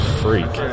freak